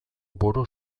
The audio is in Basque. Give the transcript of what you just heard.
buru